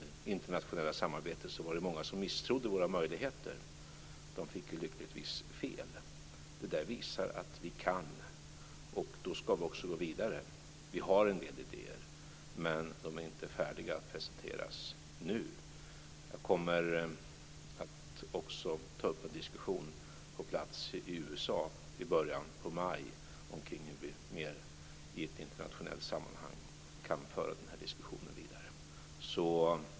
I det internationella samarbetet var det många som misstrodde våra möjligheter, men de fick lyckligtvis fel. Det visar att vi kan, och då ska vi också gå vidare. Vi har en del idéer, men de är inte färdiga att presenteras nu. Jag kommer också att ta upp en diskussion på plats i USA i början på maj om hur vi i ett internationellt sammanhang kan föra den här diskussionen vidare.